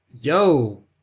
yo